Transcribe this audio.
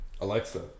Alexa